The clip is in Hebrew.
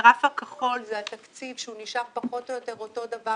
הגרף הכחול זה התקציב שהוא נשאר פחות או יותר אותו דבר